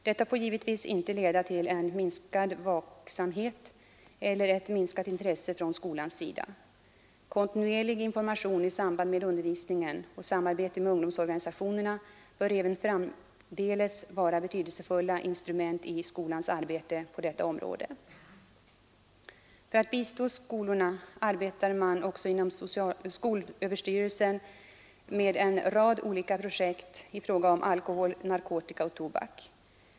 Detta får givetvis inte leda till en minskad vaksamhet eller ett minskat intresse från skolan sida. Kontinuer lig information i samband med undervisningen och samarbete med ungdomsorganisationerna bör även framdeles vara betydelsefulla instrument i skolans arbete på detta område. För att bistå skolorna arbetar man också inom skolöverstyrelsen med en rad olika projekt i fråga om alkohol, narkotika och tobak.